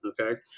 Okay